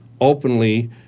openly